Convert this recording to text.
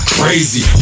crazy